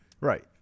Right